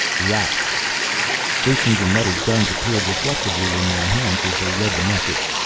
rats jason's and meta's guns appeared reflexively in their hands as they read the message.